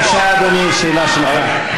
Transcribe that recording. בבקשה, אדוני, שאלה שלך.